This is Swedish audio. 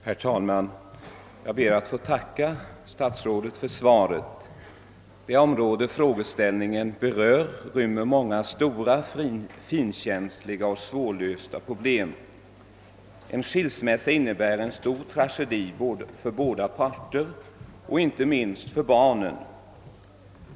Herr talman! Jag ber att få tacka statsrådet för svaret. Det område frågan berör rymmer många stora, känsliga och svårlösta problem. En skilsmässa innebär en stor tragedi för båda parter och inte minst för barnet.